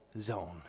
zone